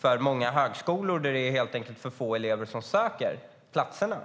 på många högskolor, som helt enkelt har för få elever som söker platserna.